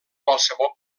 qualsevol